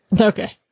Okay